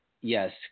yes